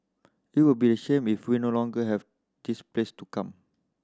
it will be a shame if we no longer have this place to come